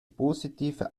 positive